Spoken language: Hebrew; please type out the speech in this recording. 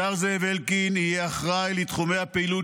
השר זאב אלקין יהיה אחראי לתחומי הפעילות